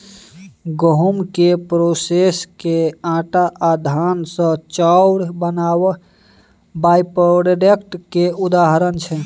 गहुँम केँ प्रोसेस कए आँटा आ धान सँ चाउर बनाएब बाइप्रोडक्ट केर उदाहरण छै